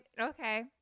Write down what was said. okay